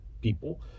people